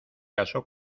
casó